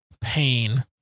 pain